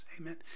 Amen